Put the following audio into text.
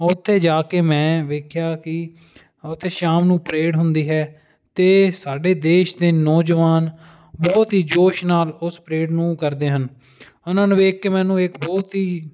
ਉੱਥੇ ਜਾ ਕੇ ਮੈਂ ਵੇਖਿਆ ਕਿ ਉੱਥੇ ਸ਼ਾਮ ਨੂੰ ਪਰੇਡ ਹੁੰਦੀ ਹੈ ਅਤੇ ਸਾਡੇ ਦੇਸ਼ ਦੇ ਨੌਜਵਾਨ ਬਹੁਤ ਹੀ ਜੋਸ਼ ਨਾਲ ਉਸ ਪਰੇਡ ਨੂੰ ਕਰਦੇ ਹਨ ਉਹਨਾਂ ਨੂੰ ਵੇਖ ਕੇ ਮੈਨੂੰ ਇੱਕ ਬਹੁਤ ਹੀ